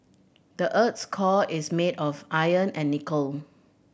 the earth's core is made of iron and nickel